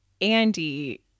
Andy